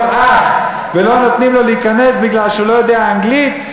אח ולא נותנים לו להיכנס כי הוא לא יודע אנגלית,